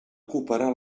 ocuparà